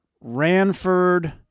Ranford